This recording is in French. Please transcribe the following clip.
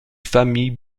famille